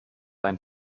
ein